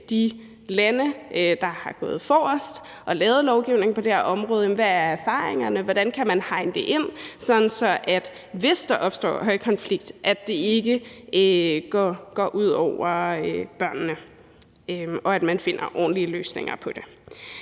de lande, der er gået forrest og har lavet lovgivning på det her område. Hvad er erfaringerne? Hvordan kan man hegne det ind, sådan at det, hvis der opstår højkonflikt, ikke går ud over børnene, og så man finder ordentlige løsninger på det?